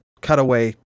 cutaway